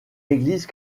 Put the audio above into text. église